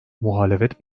muhalefet